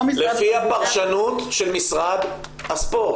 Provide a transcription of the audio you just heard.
לא משרד --- לפי הפרשנות של משרד הספורט.